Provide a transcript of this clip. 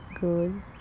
good